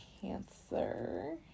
Cancer